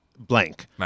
blank